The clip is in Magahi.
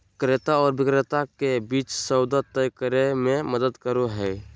क्रेता आर विक्रेता के बीच सौदा तय करे में मदद करो हइ